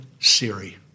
Siri